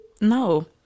no